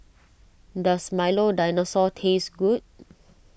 Does Milo Dinosaur taste good